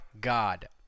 God